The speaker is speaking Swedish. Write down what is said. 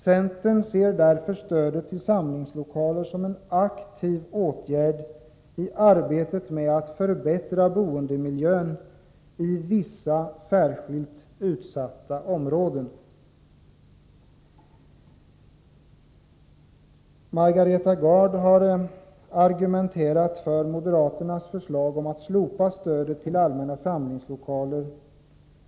Centern ser därför stödet till samlingslokaler som en aktiv åtgärd i arbetet med att förbättra boendemiljön i vissa särskilt utsatta områden. Margareta Gard har argumenterat för moderaternas förslag om att slopa stödet till allmänna samlingslokaler.